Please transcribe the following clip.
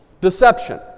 Deception